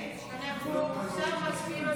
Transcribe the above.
סעיף 1 נתקבל.